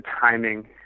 timing